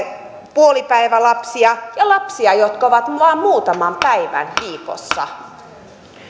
puolipäivälapsia ja lapsia jotka ovat vain muutaman päivän viikossa